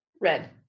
red